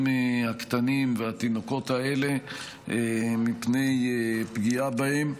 הקטנים והתינוקות האלה מפני פגיעה בהם.